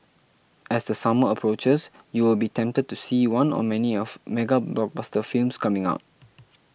as the summer approaches you will be tempted to see one or many of mega blockbuster films coming out